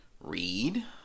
read